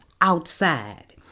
outside